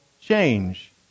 change